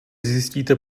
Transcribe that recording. zjistíte